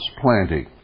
planting